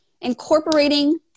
incorporating